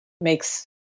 makes